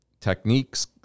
techniques